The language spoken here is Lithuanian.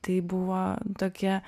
tai buvo tokia